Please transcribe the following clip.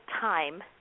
time